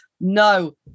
no